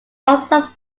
also